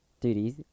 duties